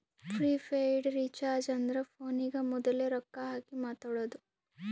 prepaid recharge ಅಂದುರ್ ಫೋನಿಗ ಮೋದುಲೆ ರೊಕ್ಕಾ ಹಾಕಿ ಮಾತಾಡೋದು